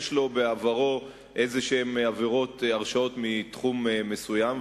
יש לו בעברו הרשעות כלשהן מתחום מסוים.